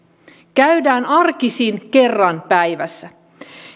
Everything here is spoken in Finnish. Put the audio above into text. käydään arkisin kerran päivässä